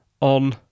on